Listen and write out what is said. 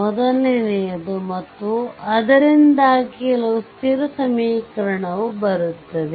ಮೊದಲನೆಯದು ಮತ್ತು ಅದರಿಂದಾಗಿ ಕೆಲವು ಸ್ಥಿರ ಸಮೀಕರಣವು ಬರುತ್ತದೆ